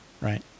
right